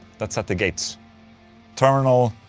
that's at the gates terminal.